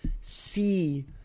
see